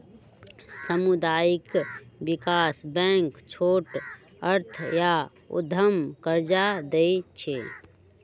सामुदायिक विकास बैंक छोट अर्थ आऽ उद्यम कर्जा दइ छइ